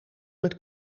met